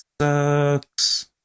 sucks